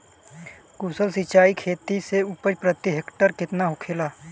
कुशल सिंचाई खेती से उपज प्रति हेक्टेयर केतना होखेला?